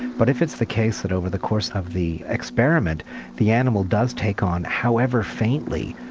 but if it's the case that over the course of the experiment the animal does take on, however faintly,